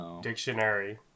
Dictionary